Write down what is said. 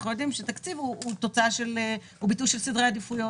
אנחנו יודעים שתקציב הוא ביטוי של סדרי עדיפויות.